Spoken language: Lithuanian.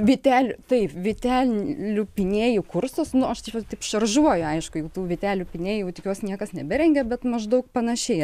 vytelių tai vytelių pynėjų kursus nu aš taip šaržuoju aišku jau tų vytelių pynėjų jau tikiuosi niekas neberengia bet maždaug panašiai